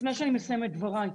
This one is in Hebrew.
לפני שאני מסיים את דבריי,